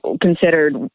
considered